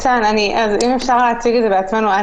אם אפשר להציג את זה בעצמנו.